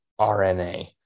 RNA